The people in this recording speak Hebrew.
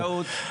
זו טעות.